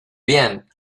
bien